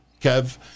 Kev